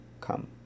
come